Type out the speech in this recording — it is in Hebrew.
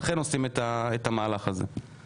לכן עושים את המהלך הזה.